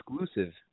exclusive